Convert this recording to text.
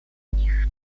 nich